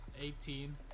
eighteen